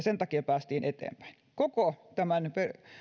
sen takia päästiin eteenpäin koko tämän